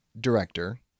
director